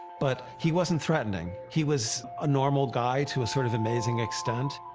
but he wasn't threatening, he was a normal guy to a sort of amazing extent.